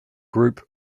group